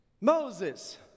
Moses